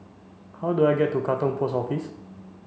how do I get to Katong Post Office